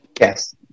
yes